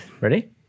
Ready